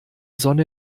sonne